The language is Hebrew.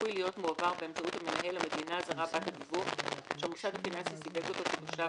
אשר המוסד הפיננסי זוהה אותו כתושב